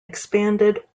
expanded